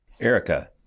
Erica